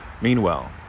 meanwhile